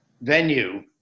venue